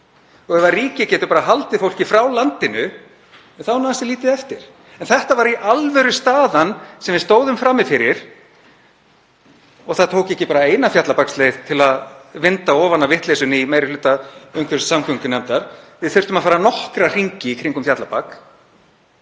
og ef ríkið getur bara haldið fólki frá landinu þá er nú ansi lítið eftir. Þetta var í alvöru staðan sem við stóðum frammi fyrir. Það tók ekki bara eina fjallabaksleið til að vinda ofan af vitleysunni í meiri hluta umhverfis- og samgöngunefndar, við þurftum að fara nokkra hringi í kringum fjallabak.